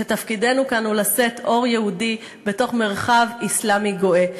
כשתפקידנו כאן הוא לשאת אור יהודי בתוך מרחב אסלאמי גואה.